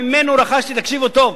תקשיבו טוב,